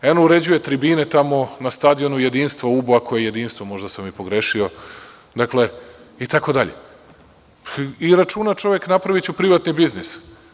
Eno, uređuje tribine tamo na stadionu „Jedinstvo“ u Ubu, ako je „Jedinstvo“, možda sam i pogrešio i računa čovek – napraviću privatni biznis.